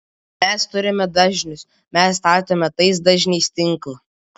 mes turime dažnius mes statome tais dažniais tinklą